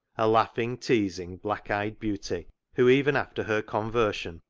a laughing, teasing, black-eyed beauty who, even after her conver sion,